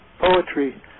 poetry